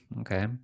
okay